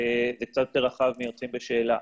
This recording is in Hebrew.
זה קצת יותר רחב מיוצאים בשאלה.